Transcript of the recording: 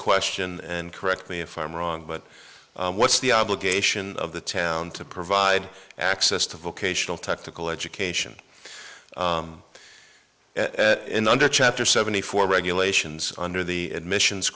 question and correct me if i'm wrong but what's the obligation of the town to provide access to vocational technical education in under chapter seventy four regulations under the admissions